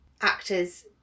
actors